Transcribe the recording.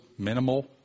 minimal